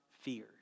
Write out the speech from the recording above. fear